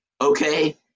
okay